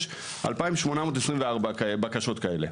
יש 2,824 בקשות כאלה.